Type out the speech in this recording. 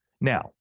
now